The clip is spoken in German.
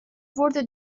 wurde